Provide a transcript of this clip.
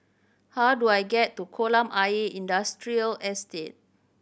how do I get to Kolam Ayer Industrial Estate